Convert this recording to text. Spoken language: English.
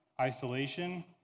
isolation